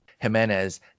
Jimenez